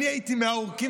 אני הייתי מהעורקים